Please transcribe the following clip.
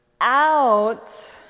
Out